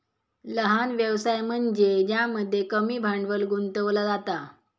लहान व्यवसाय म्हनज्ये ज्यामध्ये कमी भांडवल गुंतवला जाता